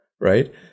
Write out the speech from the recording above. Right